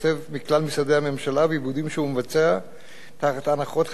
מכלל משרדי הממשלה ועל עיבודים שהוא מבצע תחת הנחות חשבונאיות,